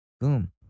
boom